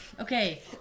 Okay